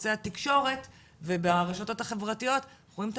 בערוצי התקשורת וברשתות החברתיות אנחנו רואים את